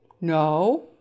No